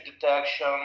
detection